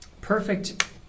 Perfect